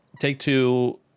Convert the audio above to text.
Take-Two